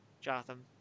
Jotham